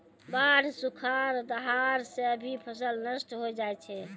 बाढ़, सुखाड़, दहाड़ सें भी फसल नष्ट होय जाय छै